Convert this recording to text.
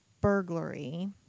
burglary